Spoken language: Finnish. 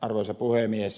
arvoisa puhemies